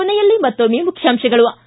ಕೊನೆಯಲ್ಲಿ ಮತ್ತೊಮ್ಮೆ ಮುಖ್ಯಾಂಶಗಳು